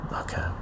okay